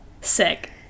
sick